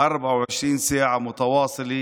24 שעות ברצף,